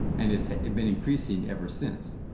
and has been increasing ever since.